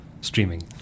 streaming